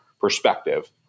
perspective